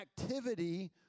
activity